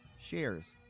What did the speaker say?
shares